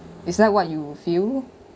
it's like what you feel